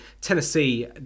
Tennessee